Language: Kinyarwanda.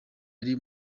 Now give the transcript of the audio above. ari